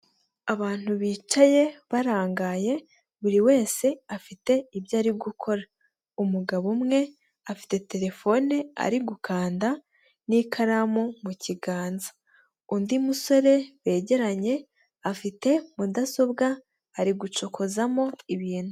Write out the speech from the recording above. Abantu bicaye barangaye, buri wese afite ibyo ari gukora, umugabo umwe afite terefone ari gukanda n'ikaramu mu kiganza, undi musore begeranye afite mudasobwa, ari gucokozamo ibintu.